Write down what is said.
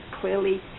clearly